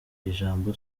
ijambo